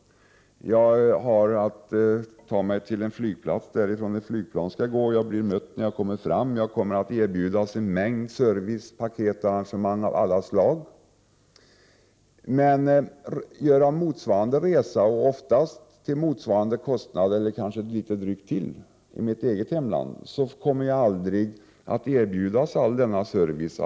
Jag har att ta mig till en flygplats varifrån ett flygplan skall gå. Jag blir mött när jag kommer fram. Jag kommer att erbjudas en mängd servicepaket och arrangemang av alla slag. Men om jag gör motsvarande resa till motsvarande kostnad, eller ofta något dyrare, i mitt hemland, kommer jag inte att erbjudas all denna service.